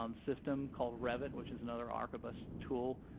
um system called revit which is another archibus tool,